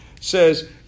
says